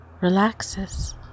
relaxes